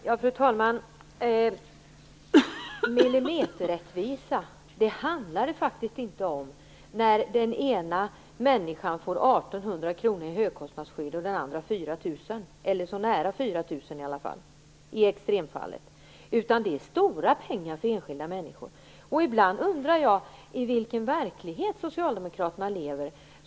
Fru talman! Det handlar faktiskt inte om millimeterrättvisa när högkostnadsskyddet gör att den ena människan får 1 800 kr och den andra i extremfallet nära 4 000. Det är stora pengar för enskilda människor. Ibland undrar jag i vilken verklighet socialdemokraterna lever.